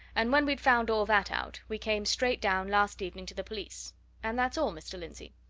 and when we'd found all that out, we came straight down, last evening, to the police and that's all, mr. lindsey.